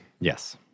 Yes